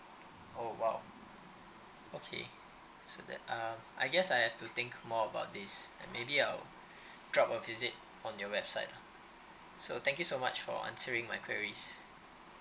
oh !wow! okay so that uh I guess I have to think more about this and maybe I'll drop a visit on your website so thank you so much for answering my quarries